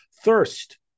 thirst